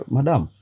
Madam